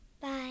Bye